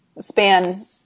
span